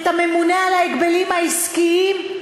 את הממונה על ההגבלים העסקיים,